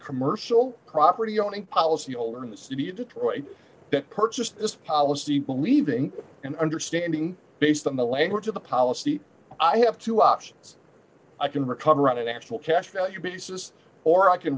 commercial property owning policyholder in the city of detroit purchased this policy believing and understanding based on the language of the policy i have two options i can recover on an actual cash value basis or i can